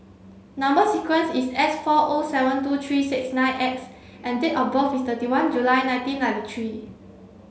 number sequence is S four O seven two three six nine X and date of birth is thirty one July nineteen ninety three